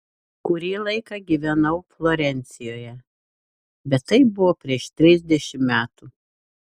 kurį laiką gyvenau florencijoje bet tai buvo prieš trisdešimt metų